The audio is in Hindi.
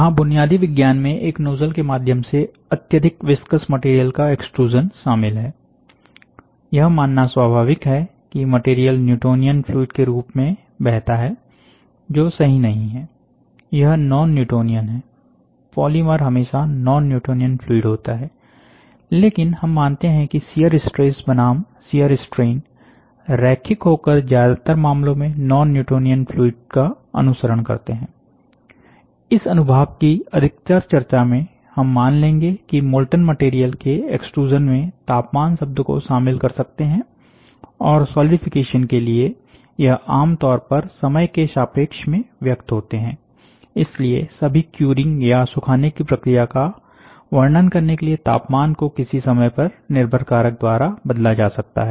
यहां बुनियादी विज्ञान में एक नोजल के माध्यम से अत्यधिक विस्कस मटेरियल का एक्सट्रूज़न शामिल है यह मानना स्वाभाविक है कि मटेरियल न्यूटोनियन फ्लूइड के रूप में बहता है जो सही नहीं है यह नॉन न्यूटोनियन है पॉलीमर हमेशा नॉन न्यूटोनियन फ्लूइड होता है लेकिन हम मानते हैं कि शियर स्ट्रेस बनाम शियर स्ट्रेन रैखिक होकर ज्यादातर मामलों में नॉन न्यूटोनियन फ्लूइड का अनुसरण करते हैं इस अनुभाग कि अधिकतर चर्चा में हम मान लेंगे की मोल्टन मटेरियल के एक्सट्रूज़न में तापमान शब्द को शामिल कर सकते हैं और सॉलिडिफिकेशन के लिए यह आमतौर पर समय के सापेक्ष में व्यक्त होते हैंइसलिए सभी क्युरिंग या सूखाने की प्रक्रिया का वर्णन करने के लिए तापमान को किसी समय पर निर्भर कारक द्वारा बदला जा सकता है